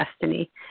destiny